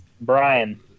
Brian